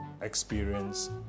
experience